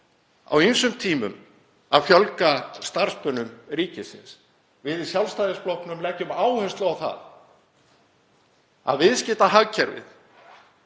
á ýmsum tímum að fjölga starfsmönnum ríkisins. Við í Sjálfstæðisflokknum leggjum áherslu á að viðskiptahagkerfinu